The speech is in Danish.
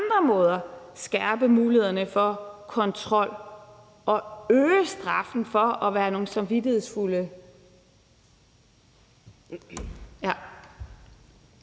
skærpe mulighederne for kontrol og øge straffen for at være nogle samvittighedsløse